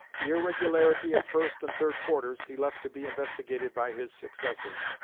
the irregularity at first and third quarters he left to be investigated by his successors.